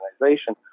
organization